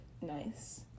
nice